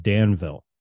Danville